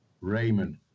Raymond